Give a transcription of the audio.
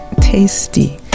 tasty